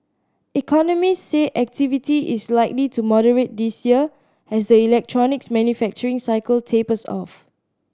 economists say activity is likely to moderate this year as the electronics manufacturing cycle tapers off